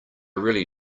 really